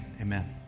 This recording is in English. amen